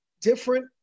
different